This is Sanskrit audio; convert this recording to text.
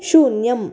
शून्यम्